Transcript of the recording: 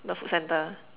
the food centre